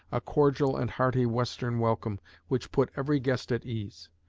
a cordial and hearty western welcome which put every guest at ease.